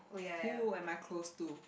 who am I close to